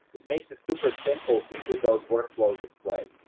it makes it super simple to put those workflows in play.